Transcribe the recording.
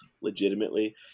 legitimately